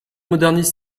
modernise